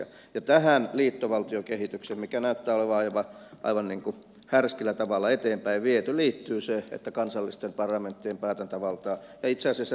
ja tähän liittovaltiokehitykseen mikä näyttää olevan aivan niin kuin härskillä tavalla eteenpäin viety liittyy se että kansallisten parlamenttien päätäntävaltaa ja itse asiassa tiedonsaantioikeuttakin rajoitetaan